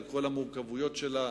על כל המורכבויות שלה.